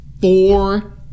four